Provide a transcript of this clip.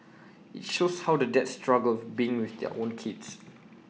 IT shows how the dads struggle being with their own kids